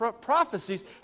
prophecies